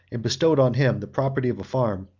and bestowed on him the property of a farm,